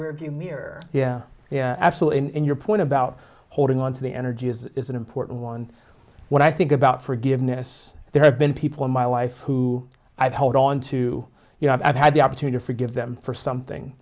rearview mirror yeah yeah absolutely and your point about holding on to the energy is an important one when i think about forgiveness there have been people in my life who i've held onto you know i've had the opportunity forgive them for something